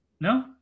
No